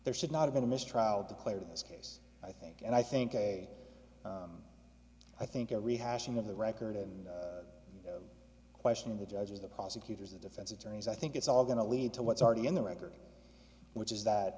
there should not have been a mistrial declared in this case i think and i think a i think a rehashing of the record and questioning the judges the prosecutors the defense attorneys i think it's all going to lead to what's already in the record which is that